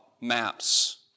maps